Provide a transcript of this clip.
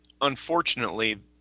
unfortunately